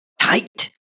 tight